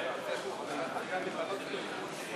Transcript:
אדוני היושב-ראש, מכובדי השר,